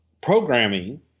programming